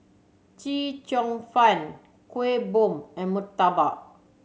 Chee Cheong Fun Kuih Bom and murtabak